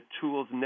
tools